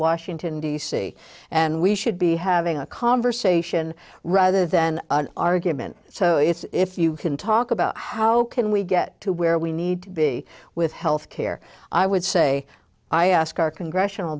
washington d c and we should be having a conversation rather than an argument so it's if you can talk about how can we get to where we need to be with health care i would say i ask our congressional